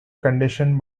condition